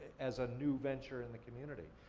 as a new venture in the community.